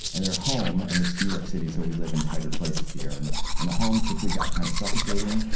and they were home, and it's new york city so we live in tighter places here, and the and the home quickly got kind of suffocating.